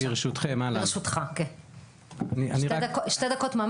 בשתי דקות.